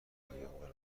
تنهاییآور